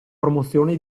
promozione